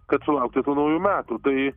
kad sulaukti tų naujų metų tai